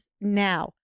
now